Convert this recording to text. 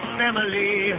family